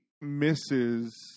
misses